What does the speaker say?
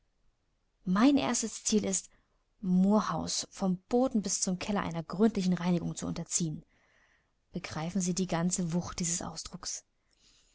mein erstes ziel ist moor house vom boden bis zum keller einer gründlichen reinigung zu unterziehen begreifen sie die ganze wucht dieses ausdrucks